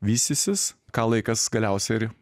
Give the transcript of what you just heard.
vystysis ką laikas galiausiai ir